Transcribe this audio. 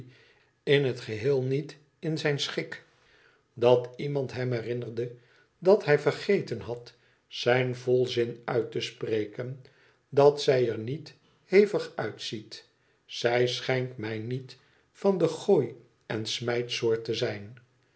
in het geheel niet in zijn schik dat iemand hem herinnerde dat hij vergeten had zijn volzin uit te spreken dat zij er niet hevig uitziet zij schijnt mij niet van de gooi en smijtsoort te zijn